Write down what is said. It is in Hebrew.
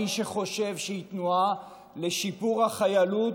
מי שחושב שהיא תנועה לשיפור החיילות,